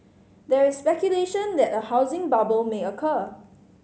there is speculation that a housing bubble may occur